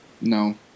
No